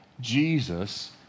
Jesus